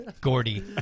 Gordy